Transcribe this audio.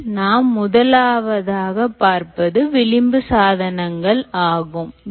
அதில் நாம் முதலாவதாக பார்ப்பது விளிம்பு சாதனங்கள் ஆகும்